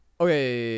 Okay